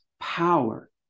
power